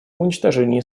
уничтожении